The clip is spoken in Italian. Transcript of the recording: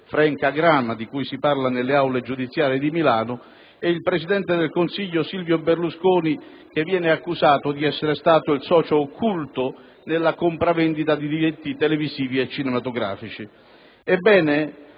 ed il presidente del Consiglio Silvio Berlusconi, che viene accusato di essere stato il socio occulto nella compravendita di diritti televisivi e cinematografici.